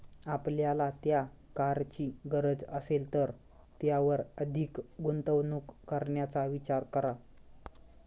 आपल्याला त्या कारची गरज असेल तरच त्यावर अधिक गुंतवणूक करण्याचा विचार करा